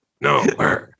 No